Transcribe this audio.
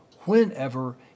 whenever